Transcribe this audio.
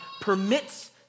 permits